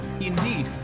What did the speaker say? Indeed